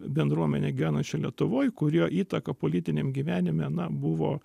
bendruomenę gyvenančią lietuvoj kurio įtaka politiniam gyvenime na buvo